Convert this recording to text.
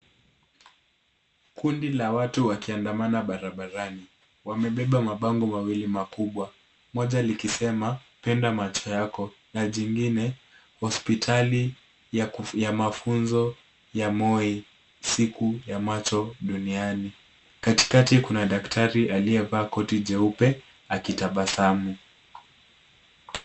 Kundi la watu wakiandamana barabarani. Wamebeba mabango mawili makubwa, moja likisema, penda macho yako, na jingine, hospitali ya mafunzo ya Moi siku ya macho duniani. Katikati kuna daktari aliyevaa koti jeupe akitabasamu.